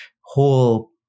whole